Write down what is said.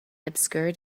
obscured